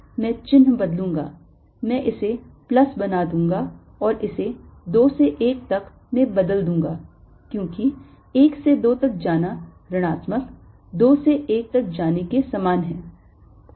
और अब मैं चिह्न बदलूंगा मैं इसे प्लस बना दूंगा और इसे 2 से 1 तक में बदल दूंगा क्योंकि 1 से 2 तक जाना ऋणात्मक 2 से 1 तक जाने के समान है